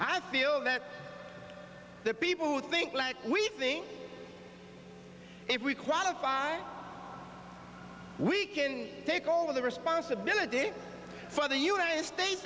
i feel that the people who think like we think if we qualify we can take all the responsibility for the united state